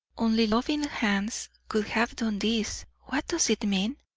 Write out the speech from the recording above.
only loving hands could have done this. what does it mean?